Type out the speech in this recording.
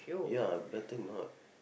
ya better not